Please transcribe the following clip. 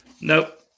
Nope